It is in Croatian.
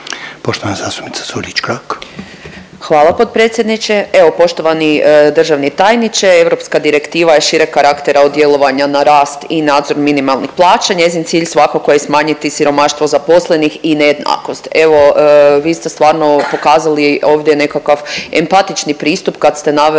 Krok, Anita (SDP)** Hvala potpredsjedniče. Evo poštovani državni tajniče, Europska direktiva je šireg karaktera od djelovanja na rast i nadzor minimalnih plaća. Njezin cilj svakako je smanjiti siromaštvo zaposlenih i nejednakost. Evo, vi ste stvarno pokazali ovdje nekakav empatični pristup kad ste naveli